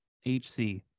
HC